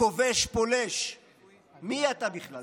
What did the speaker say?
כובש, פולש, תגיד,